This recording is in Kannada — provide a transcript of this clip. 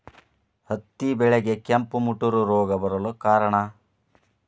ಹತ್ತಿ ಬೆಳೆಗೆ ಕೆಂಪು ಮುಟೂರು ರೋಗ ಬರಲು ಕಾರಣ?